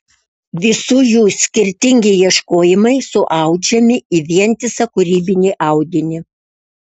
visų jų skirtingi ieškojimai suaudžiami į vientisą kūrybinį audinį